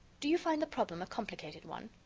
do you find the problem a complicated one?